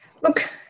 Look